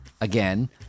again